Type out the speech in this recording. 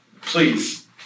Please